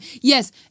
Yes